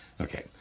Okay